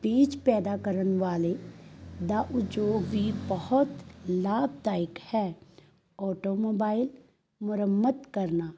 ਬੀਜ ਪੈਦਾ ਕਰਨ ਵਾਲੇ ਦਾ ਉਦਯੋਗ ਵੀ ਬਹੁਤ ਲਾਭਦਾਇਕ ਹੈ ਆਟੋਮੋਬਾਈਲ ਮੁਰੰਮਤ ਕਰਨਾ